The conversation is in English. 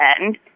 end